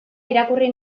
irakurri